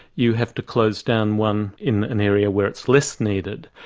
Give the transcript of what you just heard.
you have to close down one in an area where it's less needed.